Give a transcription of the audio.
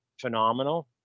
phenomenal